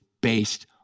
based